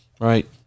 right